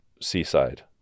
seaside